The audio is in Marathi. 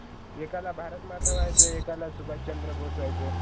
एकाला भारतमाता व्हायचं आहे एकाला सुभाषचंद्र बोस व्हायचं आहे